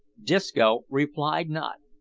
disco replied not.